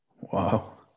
Wow